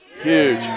huge